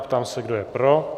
Ptám se, kdo je pro.